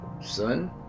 son